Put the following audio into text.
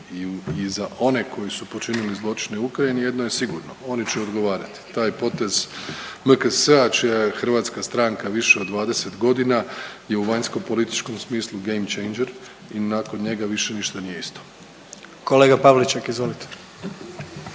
i za one koji su počinili zločine u Ukrajini jedno je sigurno, oni će odgovarati. Taj potez MKS-a će hrvatska stranka više od 20 godina je u vanjsko-političkom smislu Game Changer i nakon njega više ništa nije isto. **Jandroković,